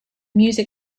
music